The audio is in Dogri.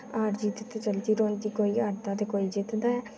हार जित्त ते चलदी रौंह्दी कोई हारदा ते कोई जित्तदा ऐ